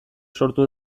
sortu